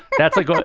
that's a go.